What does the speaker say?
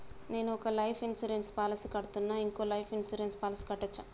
నేను ఒక life insurance policy కడ్తున్నా, ఇంకో లైఫ్ ఇన్సూరెన్స్ పాలసీ కట్టొచ్చా?